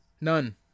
None